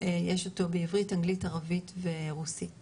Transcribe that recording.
יש אותו בעברית, אנגלית, ערבית ורוסית